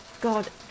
God